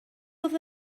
oedd